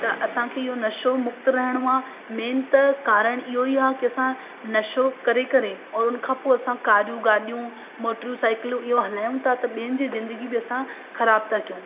त असांखे इहो नशो मुक्त रहणो आहे मेन त कारणु इहो ई आहे की असां नशो करे करे और उन खां पोइ असां कारियूं गाॾियूं मोटरूं साईकिलूं इहो हलायूं था ॿियनि जी ज़िंदगी बि असां ख़राबु था कयूं